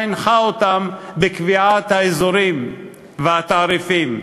הנחה אותם בקביעת האזורים והתעריפים.